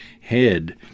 head